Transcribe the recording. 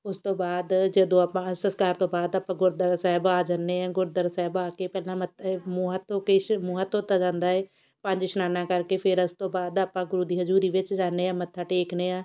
ਉਸ ਤੋਂ ਬਾਅਦ ਜਦੋਂ ਆਪਾਂ ਸੰਸਕਾਰ ਤੋਂ ਬਾਅਦ ਆਪਾਂ ਗੁਰਦੁਆਰਾ ਸਾਹਿਬ ਆ ਜਾਂਦੇ ਹਾਂ ਗੁਰਦੁਆਰਾ ਸਾਹਿਬ ਆ ਕੇ ਪਹਿਲਾਂ ਮੱਥ ਮੂੰਹ ਹੱਥ ਧੋਕੇ ਇਸ ਮੂੰਹ ਹੱਥ ਧੋਤਾ ਜਾਂਦਾ ਏ ਪੰਜ ਇਸ਼ਨਾਨਾਂ ਕਰਕੇ ਫ਼ਿਰ ਉਸ ਤੋਂ ਬਾਅਦ ਆਪਾਂ ਗੁਰੂ ਦੀ ਹਜ਼ੂਰੀ ਵਿੱਚ ਜਾਂਦੇ ਹਾਂ ਮੱਥਾ ਟੇਕਦੇ ਹਾਂ